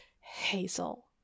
hazel